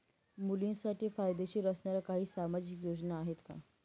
मुलींसाठी फायदेशीर असणाऱ्या काही सामाजिक योजना आहेत का?